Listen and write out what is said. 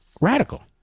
Radical